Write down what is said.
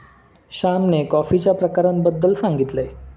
श्यामने कॉफीच्या प्रकारांबद्दल सांगितले